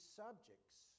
subjects